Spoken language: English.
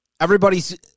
everybody's –